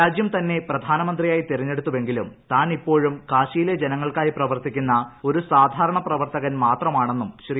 രാജ്യം തൃക്ക്സ് പ്രധാനമന്തിയായി തെരഞ്ഞെടുത്തുവെങ്കിലും താനിപ്പോഴും കാശിയിലെ ജനങ്ങൾക്കായി പ്രവർത്തിക്കുന്നു ഒരു സാധാരണ പ്രവർത്തകൻ മാത്രമാണെന്നും ശ്രീ